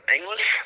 English